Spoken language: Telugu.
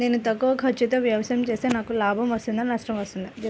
నేను తక్కువ ఖర్చుతో వ్యవసాయం చేస్తే నాకు లాభం వస్తుందా నష్టం వస్తుందా?